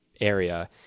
area